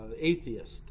atheist